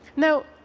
now,